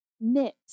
knit